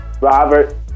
Robert